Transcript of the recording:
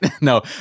No